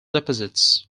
deposits